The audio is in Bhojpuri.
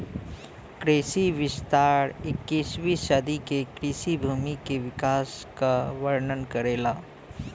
कृषि विस्तार इक्कीसवीं सदी के कृषि भूमि के विकास क वर्णन करेला